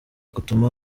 gutuma